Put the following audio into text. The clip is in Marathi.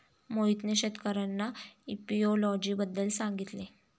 मोहितने शेतकर्यांना एपियोलॉजी बद्दल सांगितले